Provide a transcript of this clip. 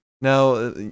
Now